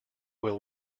will